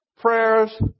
prayers